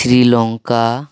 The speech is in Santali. ᱥᱨᱤᱞᱚᱝᱠᱟ